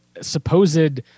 supposed